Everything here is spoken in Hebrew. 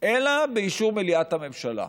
אלא באישור מליאת הממשלה,